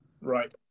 Right